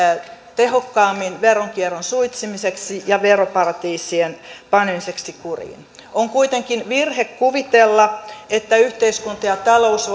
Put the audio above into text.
tehokkaammin veronkierron suitsimiseksi ja veroparatiisien panemiseksi kuriin on kuitenkin virhe kuvitella että yhteiskunta ja talous